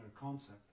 concept